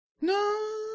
No